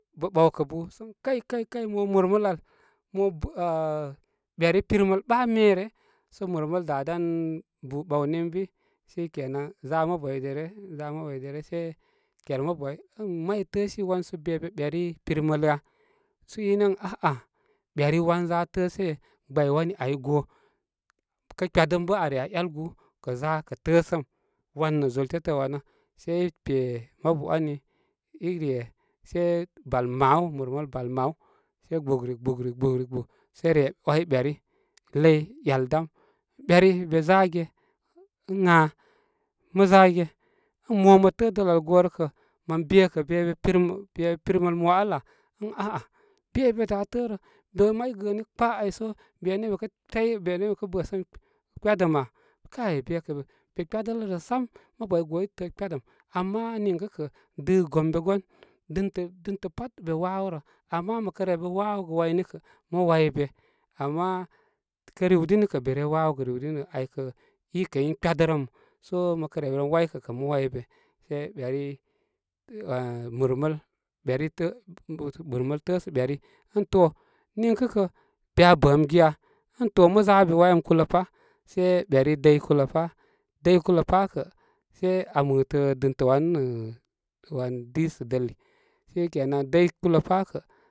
Bə ɓaw kə bu sə ə kaikai kai mo murməl al mə ah beri pirmal ɓa me re sə murməl da dan bu ɓawni ən bi shike na za mubu ai derə, za mubu ai derə ker mabu ai ən may təəsii wan sə be be beri pirmal ya? Sə i nə ən a'a, geni wanza təəse, gbay wani ai go kə kpyadəm bə' a re a 'yal gu- kə za kə təəsəm wan nə' zul tetə wanə sai i pemab ani i re se bal maw, murməl bal maw sə gbugri, gbugri gbu sə re 'wai beri ləy 'yal dam beri be za ge ən gha mə za ge ən mo mə təə dəl al go rə kə mon be kə be be pirmal be be pirmal mo ala ən a'a be be da tə'ə' rə be may gəəni kpaa ai sə benə' be kə' tey, benə be bə səm kpyə dəm a kai be kə be kpyadələ rə sam mabu ai go i təə kpyedəm ama niŋkə kə dɨ gombe gon dɨntə, dɨntə pat be waworə, ama mə kə re be waw ogə waymi kə' mə way be ama kə rwidini rə ai kə i kə in kpyedərəm sə mə kə re be ren waykə- kə- mə waybe sə beri ah murməl beri təə murməl təəsə beri ə to niŋkə' kə be bəm giya ən to məzu be wayem kələpa sai beri dəy kulə pa dəy kulə pa kə', sai aa mɨtə dɨntə wanə nə' nə wan disə dəl sei kenan dəy kulə pa kə.